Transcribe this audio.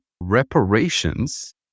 Reparations